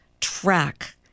track